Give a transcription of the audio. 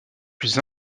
plus